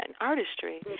artistry